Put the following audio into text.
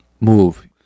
move